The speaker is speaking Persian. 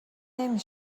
نمی